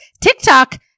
TikTok